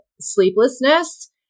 sleeplessness